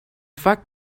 fact